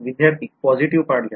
विध्यार्थी पॉसिटीव्ह घ्या